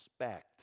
respect